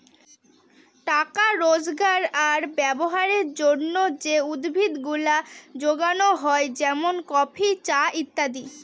টাকা রোজগার আর ব্যবহারের জন্যে যে উদ্ভিদ গুলা যোগানো হয় যেমন কফি, চা ইত্যাদি